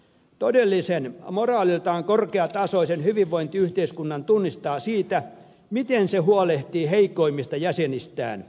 todellisen moraaliltaan korkeatasoisen hyvinvointiyhteiskunnan tunnistaa siitä miten se huolehtii heikoimmista jäsenistään